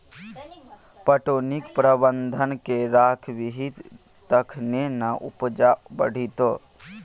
पटौनीक प्रबंधन कए राखबिही तखने ना उपजा बढ़ितौ